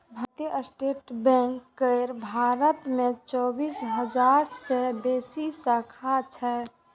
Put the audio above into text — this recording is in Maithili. भारतीय स्टेट बैंक केर भारत मे चौबीस हजार सं बेसी शाखा छै